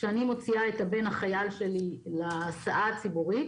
כשאני מוציאה את הבן החייל שלי להסעה הציבורית